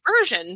version